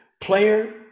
player